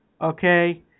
Okay